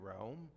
Rome